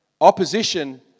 Opposition